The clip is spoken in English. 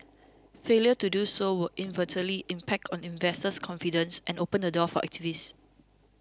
failure to do so will inevitably impact on investors confidence and open the door for activists